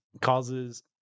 causes